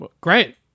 Great